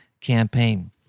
campaign